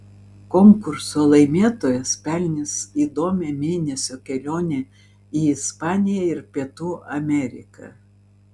konkurso laimėtojas pelnys įdomią mėnesio kelionę į ispaniją ir pietų ameriką